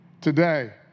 today